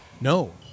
No